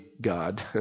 God